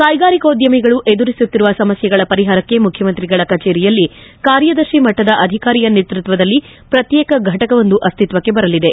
ಕ್ಲೆಗಾರಿಕೋದ್ಯಮಿಗಳು ಎದುರಿಸುತ್ತಿರುವ ಸಮಸ್ಲೆಗಳ ಪರಿಹಾರಕ್ಲೆ ಮುಖ್ಯಮಂತ್ರಿಗಳ ಕಚೇರಿಯಲ್ಲಿ ಕಾರ್ಯದರ್ತಿ ಮಟ್ಟದ ಅಧಿಕಾರಿಯ ನೇತೃತ್ವದಲ್ಲಿ ಪ್ರತ್ಯೇಕ ಫಟಕವೊಂದು ಅಸ್ತಿತ್ವಕ್ಕೆ ಬರಲಿದೆ